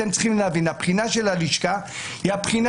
צריך להבין שהבחינה של הלשכה היא הבחינה